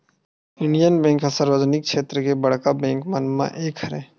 Indian bank ह सार्वजनिक छेत्र के बड़का बेंक मन म एक हरय